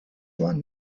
one